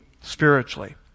spiritually